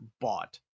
bought